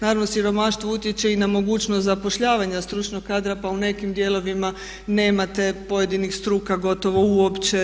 Naravno siromaštvo utječe i na mogućnost zapošljavanja stručnog kadra, pa u nekim dijelovima nemate pojedinih struka gotovo uopće.